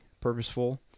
purposeful